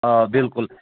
آ بِلکُل